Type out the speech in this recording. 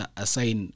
assign